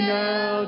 now